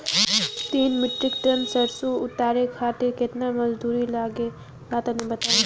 तीन metric tonne सरसो उतारे खातिर केतना मजदूरी लगे ला तनि बताई?